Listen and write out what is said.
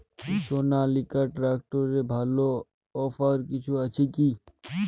সনালিকা ট্রাক্টরে ভালো অফার কিছু আছে কি?